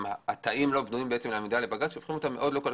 גם התאים לא בנויים לעמידה בבג"ץ וזה הופך אותם מאוד לא כלכליים.